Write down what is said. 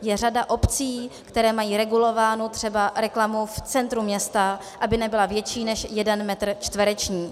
Je řada obcí, které mají regulovánu třeba reklamu v centru města, aby nebyla větší než jeden metr čtvereční.